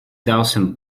thousand